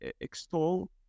extol